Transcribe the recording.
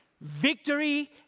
Victory